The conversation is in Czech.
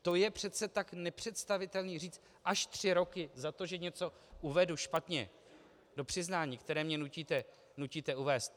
To je přece tak nepředstavitelné říct až tři roky za to, že něco uvedu špatně do přiznání, které mě nutíte uvést.